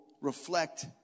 reflect